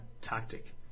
tactic